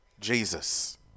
Jesus